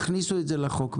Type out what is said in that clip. תכניסו את זה לחוק בבקשה.